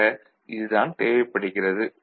ஆக இதுதான் தேவைப்படுகிறது